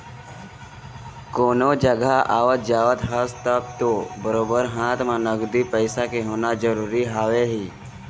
कोनो जघा आवत जावत हस तब तो बरोबर हाथ म नगदी पइसा के होना जरुरी हवय ही